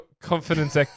confidence